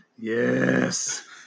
yes